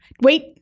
Wait